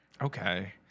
okay